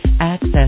Access